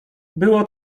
było